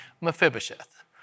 Mephibosheth